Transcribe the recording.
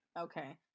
okay